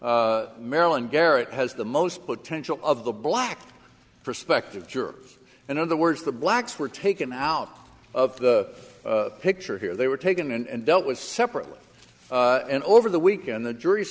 d marilyn garrett has the most potential of the black perspective jurors and other words the blacks were taken out of the picture here they were taken and dealt with separately and over the weekend the jury